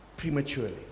prematurely